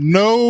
no